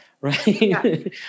Right